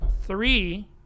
three